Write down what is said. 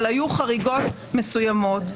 אבל היו חריגות מסוימות.